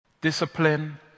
discipline